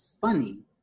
funny